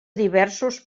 diversos